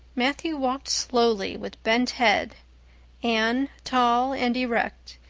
matthew walked slowly with bent head anne, tall and erect,